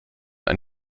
ein